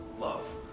love